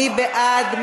מי בעד?